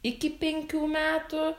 iki penkių metų